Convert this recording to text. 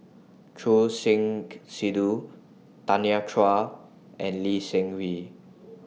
Choor Singh Sidhu Tanya Chua and Lee Seng Wee